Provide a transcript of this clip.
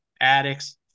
addicts